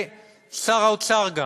וגם שר האוצר,